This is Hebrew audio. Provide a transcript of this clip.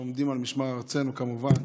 שעומדים על משמר ארצנו, כמובן.